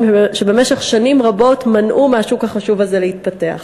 שבמשך שנים רבות מנעו מהשוק החשוב הזה להתפתח.